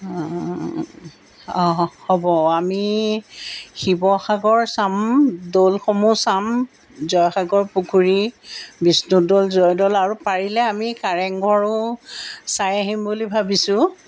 অঁ হ'ব আমি শিৱসাগৰ চাম দৌলসমূহ চাম জয়সাগৰ পুখুৰী বিষ্ণু দৌল জয় দৌল আৰু পাৰিলে আমি কাৰেঙঘৰো চাই আহিম বুলি ভাবিছোঁ